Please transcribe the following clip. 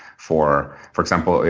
for for example,